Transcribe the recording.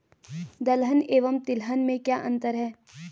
दलहन एवं तिलहन में क्या अंतर है?